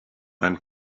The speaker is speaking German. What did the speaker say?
mein